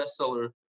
bestseller